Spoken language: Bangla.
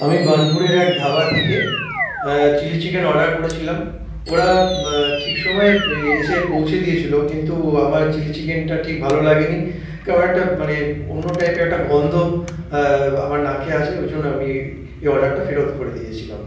আমি বার্নপুরের এক ধাবা থেকে চিলি চিকেন অর্ডার করেছিলাম ওরা ঠিক সময়ে এসে পৌঁছে দিয়েছিল কিন্তু আমার চিলি চিকেনটা ঠিক ভালো লাগেনি কারণ একটা মানে অন্য টাইপের একটা গন্ধ আমার নাকে আসে ওইজন্য আমি এই অর্ডারটা ফেরত করে দিয়েছিলাম